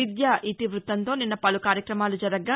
విద్య ఇతివృత్తంతో నిన్న పలు కార్యక్రమాలు జరగ్గా